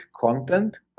content